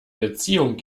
beziehung